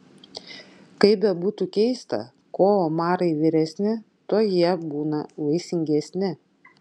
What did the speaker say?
kaip bebūtų keista kuo omarai vyresni tuo jie būna vaisingesni